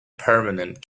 permanent